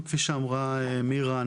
כפי שאמרה מירה,